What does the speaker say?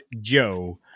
Joe